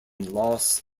las